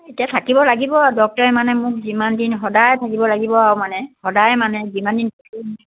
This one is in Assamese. এতিয়া থাকিব লাগিব ডক্টৰে মানে মোক যিমান দিন সদায় থাকিব লাগিব আৰু মানে সদায় মানে যিমান দিন থাকিব লাগিব